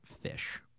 fish